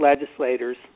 legislators